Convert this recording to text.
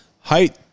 Height